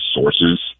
Sources